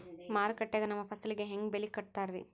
ಮಾರುಕಟ್ಟೆ ಗ ನಮ್ಮ ಫಸಲಿಗೆ ಹೆಂಗ್ ಬೆಲೆ ಕಟ್ಟುತ್ತಾರ ರಿ?